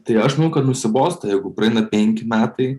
tai aš manau kad nusibosta jeigu praeina penki metai